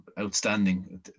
outstanding